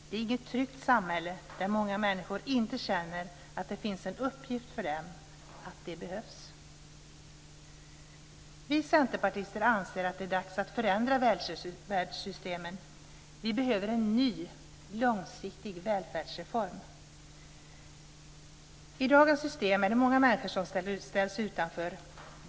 Det är inget tryggt samhälle där många människor inte känner att det finns en uppgift för dem, att de behövs. Vi centerpartister anser att det är dags att förändra välfärdssystemen; vi behöver en ny, långsiktig välfärdsreform. I dagens system är det många människor som ställs utanför.